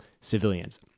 civilians